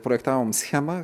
projektavom schemą